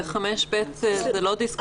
5(ב) זה לא דיסקוטקים,